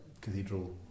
cathedral